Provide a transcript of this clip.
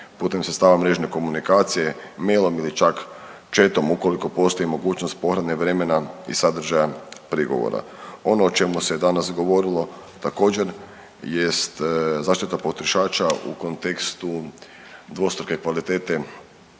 putem sredstava mrežne komunikacije, mailom ili čak chatom ukoliko postoji mogućost pohrane vremena i sadržaja prigovora. Ono o čemu se danas govorilo također jest zaštita potrošača u kontekstu dvostruke kvalitete